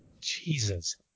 jesus